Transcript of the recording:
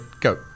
Go